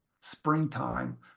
springtime